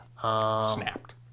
Snapped